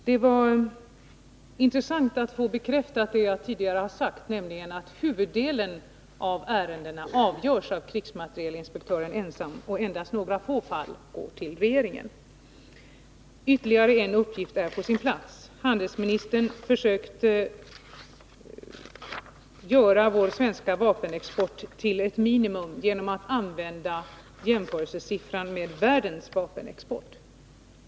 Det var intressant att få bekräftat vad jag tidigare har sagt, nämligen att huvuddelen av ärendena avgörs av krigsmaterielinspektören ensam och att endast några få fall går till regeringen. Ytterligare en uppgift är på sin plats. Handelsministern försökte göra vår svenska vapenexport till ett minimum genom att jämföra med världens vapenexport.